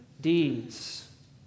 deeds